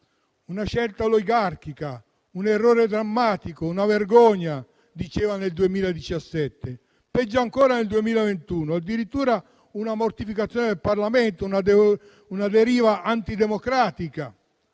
una scelta oligarchica, un errore drammatico, una vergogna, diceva nel 2017. Peggio ancora nel 2021: addirittura, una mortificazione del Parlamento, una deriva antidemocratica.